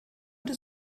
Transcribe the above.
des